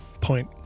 Point